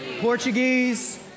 Portuguese